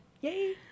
Yay